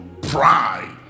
pride